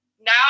now